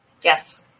Yes